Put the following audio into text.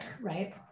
right